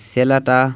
Selata